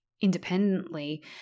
independently